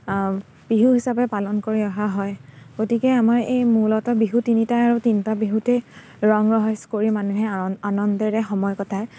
বিহু হিচাপে পালন কৰি অহা হয় গতিকে আমাৰ এই মূলতঃ বিহু তিনিটাই আৰু তিনিটা বিহুতেই ৰং ৰহইচ কৰি মানুহে অ আনন্দেৰে সময় কটায়